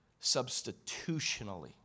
substitutionally